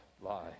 lie